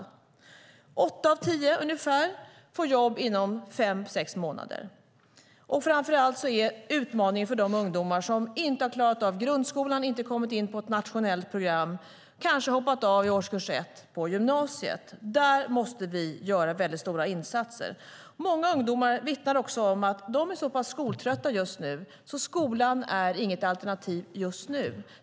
Ungefär åtta av tio får jobb inom fem sex månader. Utmaningen är framför allt de ungdomar som inte klarat av grundskolan, inte kommit in på ett nationellt program eller kanske hoppat av i årskurs ett på gymnasiet. Där måste vi göra väldigt stora insatser. Många ungdomar vittnar också om att de är så pass skoltrötta att skolan inte är något alternativ just nu.